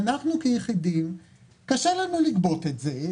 חייב במס.